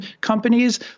companies –